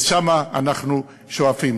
לשם אנחנו שואפים.